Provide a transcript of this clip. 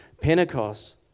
Pentecost